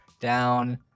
down